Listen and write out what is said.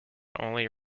only